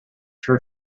her